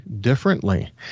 differently